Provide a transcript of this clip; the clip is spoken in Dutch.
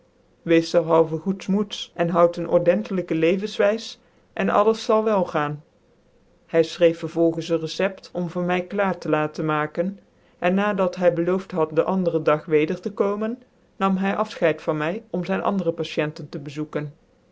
derhalven goeds moeds cn houd een ordentelijke levenswijs cn alles zal wel gaan hy fchrcef vervolgens een recept om voor my klaar tc laten maken en na dat hy belooft had den anderen dag weder te komen nam hy affchcid van mv om zyn andere patiënten tc bezoeken